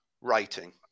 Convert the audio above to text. writing